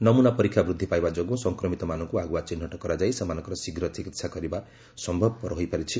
ନମୁନା ପରୀକ୍ଷା ବୃଦ୍ଧି ପାଇବା ଯୋଗୁଁ ସଂକ୍ରମିତମାନଙ୍କୁ ଆଗୁଆ ଚିହ୍ଟ କରାଯାଇ ସେମାନଙ୍କର ଶୀଘ୍ର ଚିକିହା କରିବା ସମ୍ଭବପର ହୋଇପାରିଛି